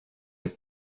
les